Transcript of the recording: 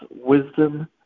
wisdom